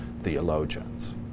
theologians